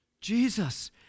Jesus